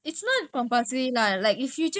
so I try to go during weekdays